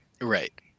Right